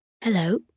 Hello